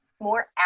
more